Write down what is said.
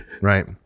Right